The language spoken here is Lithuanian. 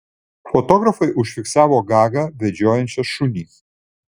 fotografai užfiksavo gagą vedžiojančią šunį